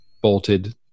bolted